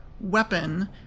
weapon